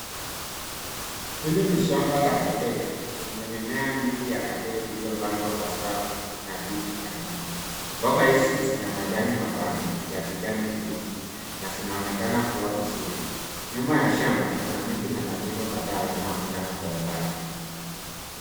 Hili ni shamba za kabeji lenye mimea mingi ya kabeji iliyopandwa kwa saafu na [difu] arthini mboga hizi zina majani mapana ya kijani kibichi na zinaonekana kuwa vizuri. Nyuma ya shamba kuna miti na majengo kadha yanayo onekana kwa umbali